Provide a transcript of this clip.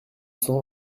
cents